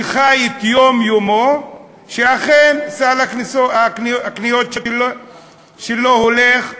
שחי את יומיומו, שאכן סל הקניות שלו הולך לרדת.